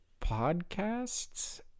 podcasts